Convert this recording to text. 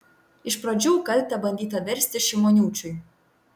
iš pradžių kaltę bandyta versti šimoniūčiui